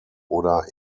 oder